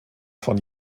von